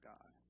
God